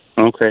Okay